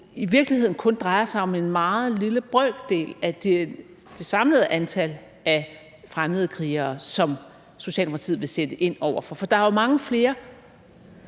i virkeligheden kun drejer sig om en meget lille brøkdel af det samlede antal af fremmedkrigere, som Socialdemokratiet vil sætte ind over for? For der er jo mange flere,